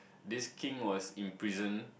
this king was in prison